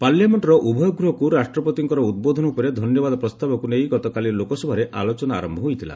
ପାର୍ଲାମେଷ୍ଟର ଉଭୟ ଗୃହକୁ ରାଷ୍ଟ୍ରପତିଙ୍କର ଉଦ୍ବୋଧନ ଉପରେ ଧନ୍ୟବାଦ ପ୍ରସ୍ତାବକୁ ନେଇ ଗତକାଲି ଲୋକସଭାରେ ଆଲୋଚନା ଆରମ୍ଭ ହୋଇଥିଲା